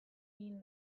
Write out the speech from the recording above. egin